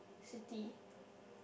city